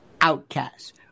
outcasts